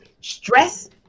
stress